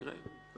נראה.